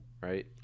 right